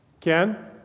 Ken